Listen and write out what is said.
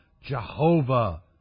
Jehovah